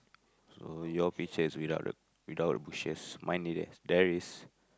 so your picture is without the without the bushes mine the~ there is